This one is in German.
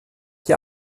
die